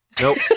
Nope